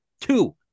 Two